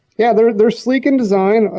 yeah. they're they're sleek in design.